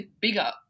bigger